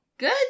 Good